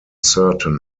certain